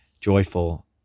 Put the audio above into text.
joyful